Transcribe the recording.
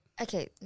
Okay